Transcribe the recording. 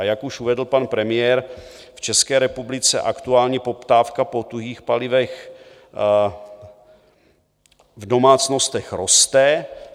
Jak už vedl pan premiér, v České republice aktuálně poptávka po tuhých palivech v domácnostech roste.